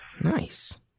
Nice